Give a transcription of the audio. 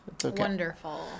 wonderful